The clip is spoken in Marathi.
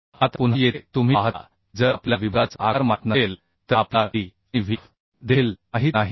आता पुन्हा येथे तुम्ही पाहता की जर आपल्याला विभागाचा आकार माहित नसेल तर आपल्याला d आणि Vf देखील माहित नाहीत